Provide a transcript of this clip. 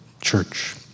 church